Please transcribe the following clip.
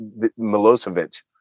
Milosevic